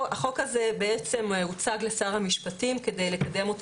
החוק הזה הוצג לשר המשפטים כדי לקדם אותו